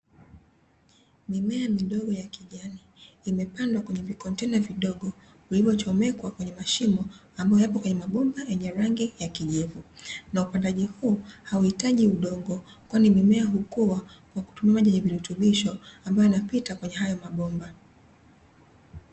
Mimea midogo ya kijani imepandwa kwenye vikontena vidogo, vilovyochomekwa kwenye mashimo ambayo yapo kwenye mabomba yenye rangi ya kijivu, na upandaji huo hauhitaji udongo kwani mimea hukua kwa maji ya virutubisho ambayo hupita kwenye hayo mabomba.